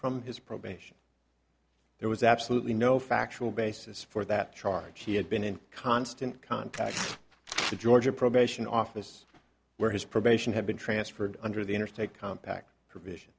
from his probation there was absolutely no factual basis for that charge he had been in constant contact with the georgia probation office where his probation had been transferred under the interstate compact provision